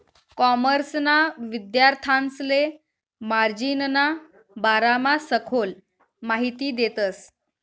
कॉमर्सना विद्यार्थांसले मार्जिनना बारामा सखोल माहिती देतस